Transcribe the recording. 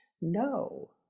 No